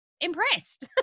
impressed